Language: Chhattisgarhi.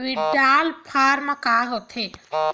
विड्राल फारम का होथेय